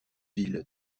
ville